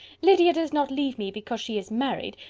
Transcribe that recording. lydia does not leave me because she is married,